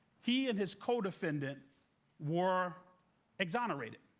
he and his co-defendant were exonerated.